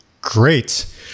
Great